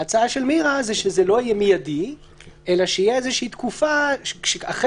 ההצעה של מירה היא שזה לא יהיה מידי אלא שתהיה תקופה אחרי